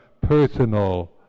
personal